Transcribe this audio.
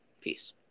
Peace